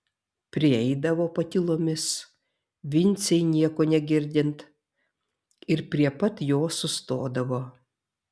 prieidavo patylomis vincei nieko negirdint ir prie pat jo sustodavo